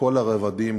לכל הרבדים,